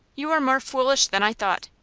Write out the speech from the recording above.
you are more foolish than i thought.